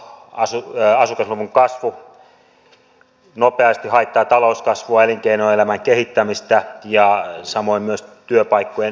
muuttovoitto asukasluvun kasvu nopeasti haittaa talouskasvua elinkeinoelämän kehittämistä ja samoin myös työpaikkojen syntyä